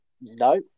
No